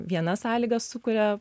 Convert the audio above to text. vienas sąlygas sukuria